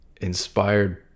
inspired